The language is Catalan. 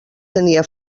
tenia